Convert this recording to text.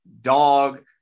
dog